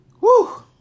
woo